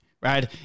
right